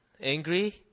angry